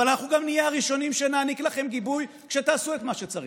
אבל אנחנו גם נהיה הראשונים שנעניק לכם גיבוי כשתעשו מה שצריך.